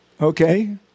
okay